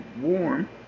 warm